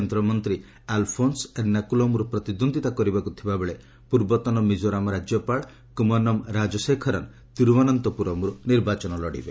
କେନ୍ଦ୍ରମନ୍ତ୍ରୀ ଆଲ୍ଫୋନ୍ସ ଏର୍ଷାକୁଲମ୍ରୁ ପ୍ରତିଦ୍ୱନ୍ଦିତା କରିବାକୁ ଥିବାବେଳେ ପୂର୍ବତନ ମିଜୋରାମ୍ ରାଜ୍ୟପାଳ କୁମନମ୍ ରାଜଶେଖରନ୍ ତିରୁବନନ୍ତପୁରମ୍ରୁ ନିର୍ବାଚନ ଲଢ଼ିବେ